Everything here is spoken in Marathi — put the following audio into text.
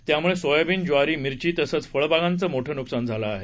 त्यामुळे सोयाबीन ज्वारी मिर्ची तसंच फळबागांच मोठ नुकसान झालं आहे